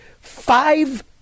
Five